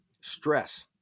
stress